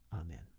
Amen